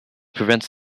prevents